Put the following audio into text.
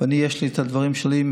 ולי יש את הדברים שלי,